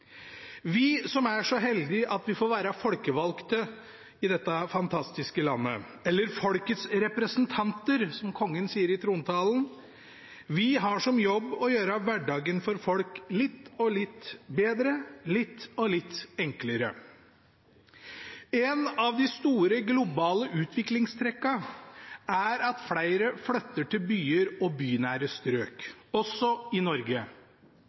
Vi som er så heldige at vi får være folkevalgte i dette fantastiske landet, eller folkets representanter, som kongen sier i trontalen, har som jobb å gjøre hverdagen for folk litt og litt bedre, litt og litt enklere. Et av de store globale utviklingstrekkene er at flere flytter til byer og bynære strøk, også i Norge.